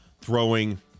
throwing